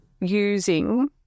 using